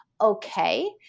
okay